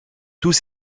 tous